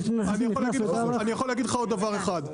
אני יכול להגיד לך עוד דבר אחד.